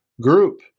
group